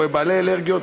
או בעלי אלרגיות,